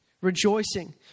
Rejoicing